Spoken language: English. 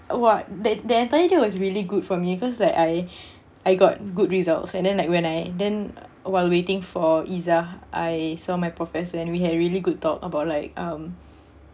what that that entire day was really good for me because like I I got good results and then like when I then while waiting for izzah I saw my professor and we had a really good talk about like um